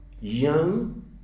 young